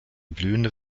blühende